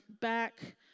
back